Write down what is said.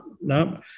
No